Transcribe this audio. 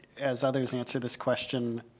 as others answer this question,